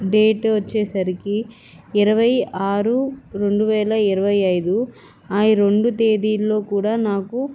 date వచ్చేసరికి ఇరవై ఆరు రెండు వేల ఇరవై ఐదు ఆ రెండు తేదీల్లో కూడా నాకు